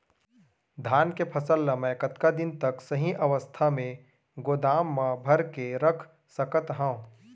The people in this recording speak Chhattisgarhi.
धान के फसल ला मै कतका दिन तक सही अवस्था में गोदाम मा भर के रख सकत हव?